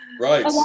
right